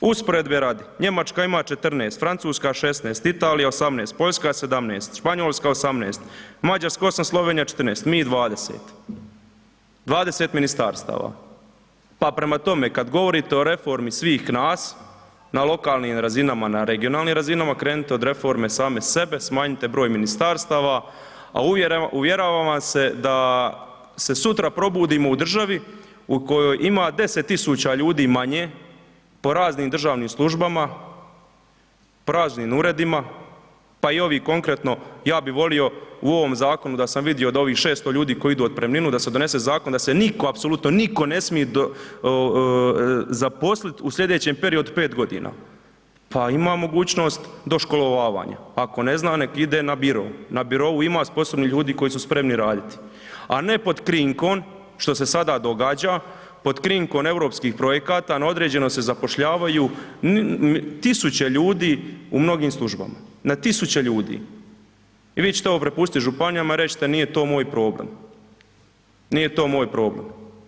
Usporedbe radi, Njemačka ima 14, Francuska 16, Italija 18, Poljska 17, Španjolska 18, Mađarska 8, Slovenija 14, mi 20, 20 ministarstava, pa prema tome kad govorite o reformi svih nas na lokalnim razinama, na regionalnim razinama, krenite od reforme same sebe, smanjite broj ministarstava, a uvjeravam vam se da se sutra probudimo u državi u kojoj ima 10 000 ljudi manje po raznim državnim službama, praznim uredima, pa i ovi konkretno, ja bi volio u ovom zakonu da sam vidio od ovih 600 ljudi koji idu u otpremninu da se donese zakon da se nitko, apsolutno nitko ne smije zaposlit u slijedećem periodu od 5.g., pa ima mogućnost doškolovavanja, pa ako ne zna nek ide na biro, na birou ima sposobnih ljudi koji su spremni raditi, a ne pod krinkom što se sada događa, pod krinkom europskih projekata na određeno se zapošljavaju tisuće ljudi u mnogim službama, na tisuće ljudi i vi ćete ovo prepustit županijama, reći ćete nije to moj problem, nije to moj problem.